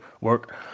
work